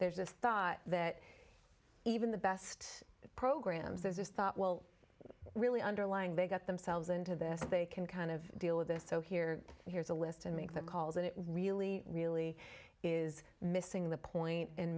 there's this thought that even the best programs there's this thought well really underlying they got themselves into this they can kind of deal with this so here here's a list and make the calls and it really really is missing the point